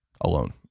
alone